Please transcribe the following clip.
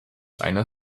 einer